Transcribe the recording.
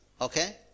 Okay